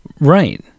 Right